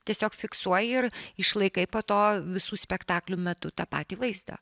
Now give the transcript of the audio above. tiesiog fiksuoji ir išlaikai po to visų spektaklių metu tą patį vaizdą